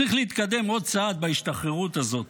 צריך להתקדם עוד צעד בהשתחררות הזאת.